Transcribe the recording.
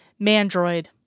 mandroid